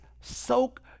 soak